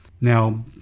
Now